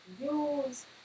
use